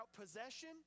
possession